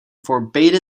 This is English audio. forbade